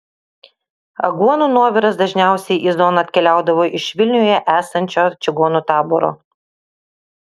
aguonų nuoviras dažniausiai į zoną atkeliaudavo iš vilniuje esančio čigonų taboro